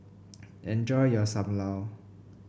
enjoy your Sam Lau